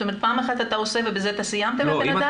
זאת אומרת פעם אחת אתה עושה ובזה סיימת עם הבן אדם?